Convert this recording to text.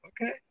Okay